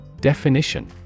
Definition